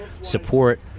Support